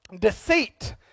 Deceit